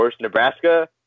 Nebraska